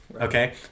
Okay